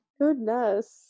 Goodness